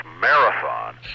marathon